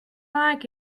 like